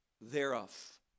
thereof